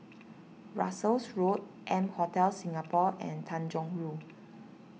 Russels Road M Hotel Singapore and Tanjong Rhu